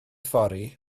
fory